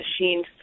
machines